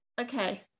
Okay